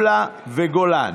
דוד אמסלם,